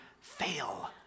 fail